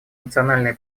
национальная